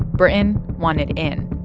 britain wanted in.